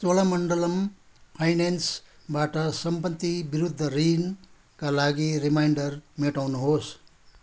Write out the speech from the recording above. चोलामण्डलम फाइनेन्सबाट सम्पत्ति विरुद्ध ऋणका लागि रिमाइन्डर मेटाउनुहोस्